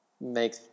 make